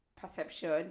perception